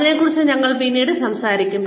ഇതിനെക്കുറിച്ച് ഞങ്ങൾ പിന്നീട് സംസാരിക്കും